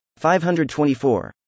524